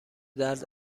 درد